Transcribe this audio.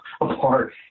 apart